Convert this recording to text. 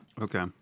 Okay